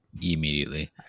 immediately